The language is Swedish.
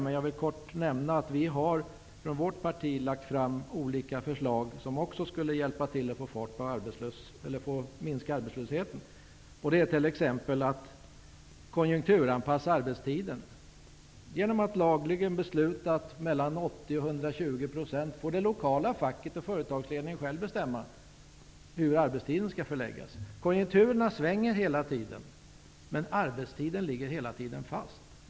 Helt kort vill jag dock nämna att vi i vårt parti har lagt fram olika förslag som också skulle vara till hjälp när det gäller att minska arbetslösheten. Det gäller t.ex. att konjunkturanpassa arbetstiden genom att lagligen besluta att facket och företagsledningen till 80-- Konjunkturerna svänger ju hela tiden, men arbetstiden ligger hela tiden fast.